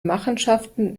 machenschaften